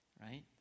right